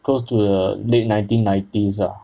close to the late nineteen nineties ah